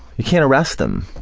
you can't arrest him.